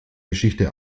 geschichte